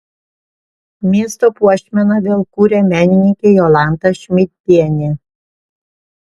miesto puošmeną vėl kuria menininkė jolanta šmidtienė